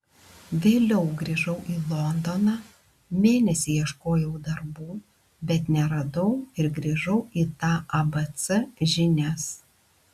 vėliau grįžau į londoną mėnesį ieškojau darbų bet neradau ir grįžau į tą abc žinias